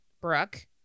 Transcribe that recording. Brooke